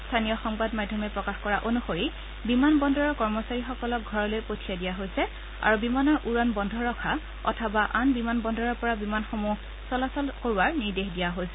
স্থানীয় সংবাদ মাধ্যমে প্ৰকাশ কৰা অনুসৰি বিমান বন্দৰৰ কৰ্মচাৰীসকলক ঘৰলৈ পঠিয়াই দিয়া হৈছে আৰু বিমানৰ উৰণ বন্ধ ৰখা অথবা আন বিমান বন্দৰৰ পৰা বিমানসমূহ চলাচল কৰোৱাৰ নিৰ্দেশ দিয়া হৈছে